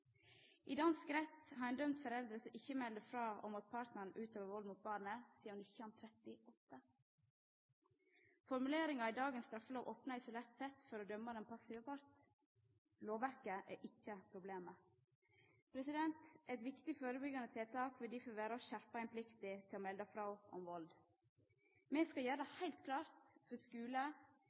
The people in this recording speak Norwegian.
I dansk rett har ein sidan 1938 dømt foreldre som ikkje melder frå om at partnaren utøver vald mot barnet. Formuleringar i dagens straffelov opnar isolert sett for å dømma den passive parten. Lovverket er ikkje problemet. Eit viktig førebyggjande tiltak vil derfor vera å skjerpa inn plikta til å melda frå om vald. Me skal gjera det heilt klart for skule-